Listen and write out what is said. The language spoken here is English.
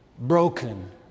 broken